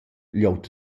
glieud